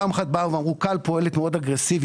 פעם אחת באו ואמרו ש-כאל פועלת מאוד אגרסיבי